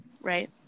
right